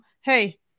hey